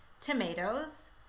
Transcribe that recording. Tomatoes